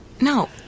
No